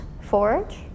forge